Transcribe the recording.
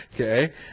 okay